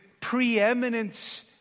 preeminence